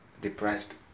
depressed